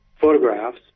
photographs